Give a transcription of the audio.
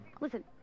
Listen